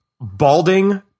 balding